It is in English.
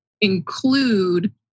include